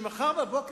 ומחר בבוקר,